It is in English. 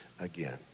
again